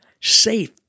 safe